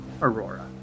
Aurora